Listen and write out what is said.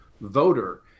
voter